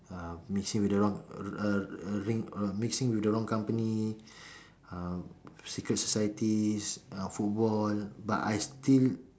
uh mixing with the wrong uh ring uh mixing with the wrong company uh secret societies uh football but I still